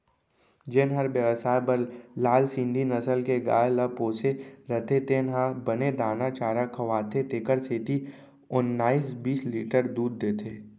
जेन हर बेवसाय बर लाल सिंघी नसल के गाय ल पोसे रथे तेन ह बने दाना चारा खवाथे तेकर सेती ओन्नाइस बीस लीटर दूद देथे